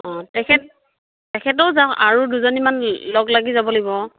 অ তেখেত তেখেতো যাব আৰু দুজনীমান লগ লাগি যাব লাগিব